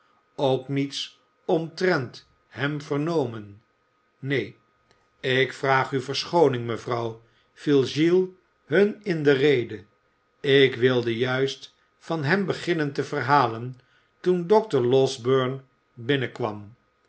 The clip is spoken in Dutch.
ook niets omtrent hem vernomen neen ik vraag u verschooning mevrouw viel giles hun in de rede ik wilde juist van hem beginnen te verhalen toen dokter losberne binnenkwam